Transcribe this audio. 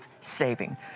saving